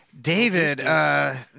David